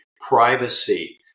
privacy